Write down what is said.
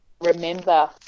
remember